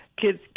Kids